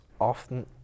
often